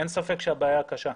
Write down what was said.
אין ספק שהבעיה קשה,